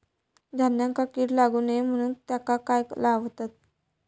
धान्यांका कीड लागू नये म्हणून त्याका काय लावतत?